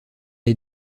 est